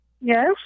Yes